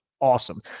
Awesome